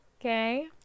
okay